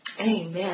Amen